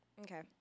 Okay